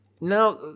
Now